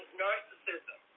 narcissism